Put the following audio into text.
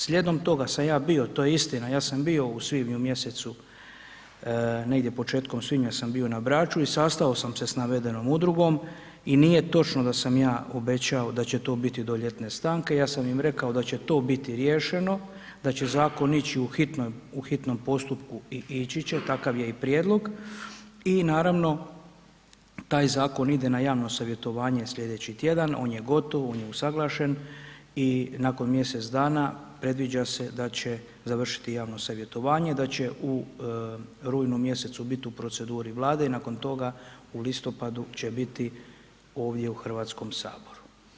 Slijedom toga sam ja bio, to je istina, ja sam bio u svibnju mjesecu, negdje početkom svibnja sam bio na Braču i sastao sam se sa navedenom udrugom i nije točno da sam ja obećao da će to biti do ljetne stanke, ja sam im rekao da će to biti riješeno, da će zakon ići u hitnom postupku i ići će, takav je i prijedlog i naravno, taj zakon ide na javno savjetovanje slijedeći tjedan, on je gotov, on je usuglašen i nakon mjesec dana predviđa se završiti javno savjetovanje, da će u rujnu mjesecu bit u proceduri Vlade i nakon toga i listopadu će biti ovdje u Hrvatskom saboru.